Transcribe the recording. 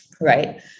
Right